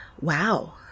Wow